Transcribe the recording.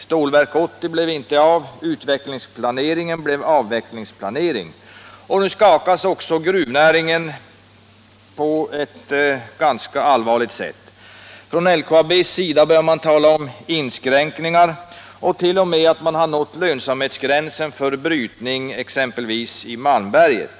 Stålverk 80 blev inte av. Utvecklingsplaneringen blev en avvecklingsplanering. Nu skakas också gruvnäringen på ett ganska allvarligt sätt. Från LKAB:s sida börjar man tala om inskränkningar och t.o.m. om att man har nått lönsamhetsgränsen för brytning exempelvis i Malmberget.